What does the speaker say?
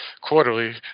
quarterly